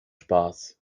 spaß